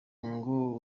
ingo